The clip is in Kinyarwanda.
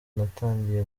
natangiye